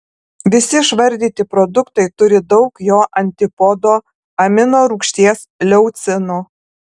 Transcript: visi išvardyti produktai turi daug jo antipodo aminorūgšties leucino